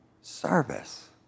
service